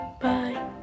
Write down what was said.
bye